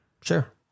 Sure